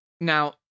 now